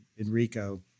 Enrico